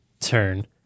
turn